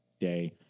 day